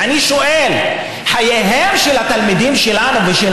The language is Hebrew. ואני שואל: חייהם של התלמידים שלנו ושל